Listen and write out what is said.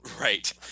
right